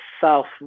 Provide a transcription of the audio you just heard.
south